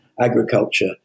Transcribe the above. agriculture